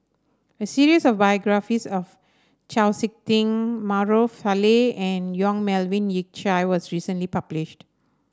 a series of biographies of Chau SiK Ting Maarof Salleh and Yong Melvin Yik Chye was recently published